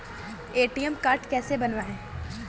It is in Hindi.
ए.टी.एम कार्ड कैसे बनवाएँ?